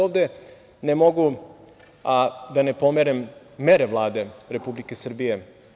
Ovde ne mogu a da ne pomenem mere Vlade Republike Srbije.